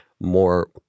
more